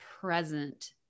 present